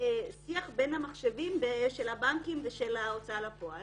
שיח בין המחשבים של הבנקים ושל ההוצאה לפועל,